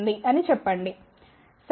అని చెప్పండి సరే